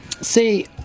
See